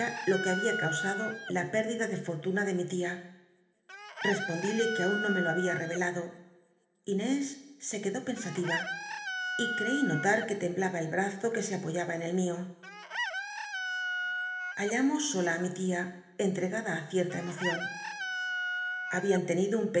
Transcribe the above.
lo que babia causado la pérdida de fortuna de mi tia nespondrle que aun no me lo había revelado inés se c ucdó pensativa y creí notar que temblaba cll azo que se apoyaba en el mio llallamos sola á mi tia entregada á cierta emocion llabian tenido